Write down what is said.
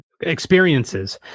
experiences